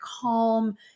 calm